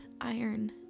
iron